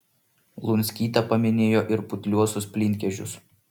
lunskytė paminėjo ir putliuosius plynkežius